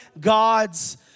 God's